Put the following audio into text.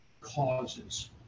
causes